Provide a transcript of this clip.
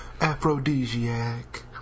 aphrodisiac